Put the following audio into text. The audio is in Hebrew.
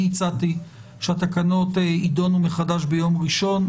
אני הצעתי שהתקנות יידונו מחדש ביום ראשון,